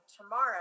tomorrow